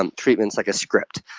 a treatment is like a script.